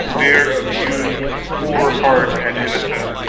dear abused poor heart and innocent,